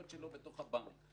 למצוא פתרון לנושא.